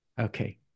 Okay